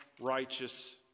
righteous